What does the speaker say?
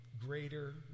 greater